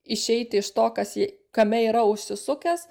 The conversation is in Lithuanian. išeiti iš to kas kame yra užsisukęs